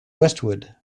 westwood